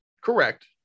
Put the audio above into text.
correct